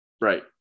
Right